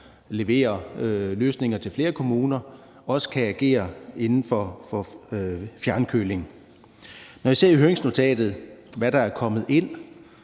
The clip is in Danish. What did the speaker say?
leverer løsninger til flere kommuner, også kan agere inden for fjernkøling. Når jeg ser i høringsnotatet, hvad der er kommet ind,